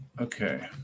Okay